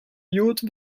yacht